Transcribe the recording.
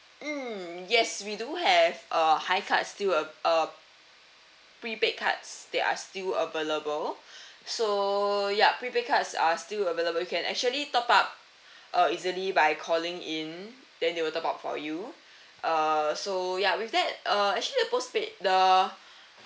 mm yes we do have uh high cards still av~ uh prepaid cards they are still available so yup prepaid cards are still available you can actually top up uh easily by calling in then they will top up for you uh so ya with that uh actually the postpaid the